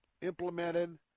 implemented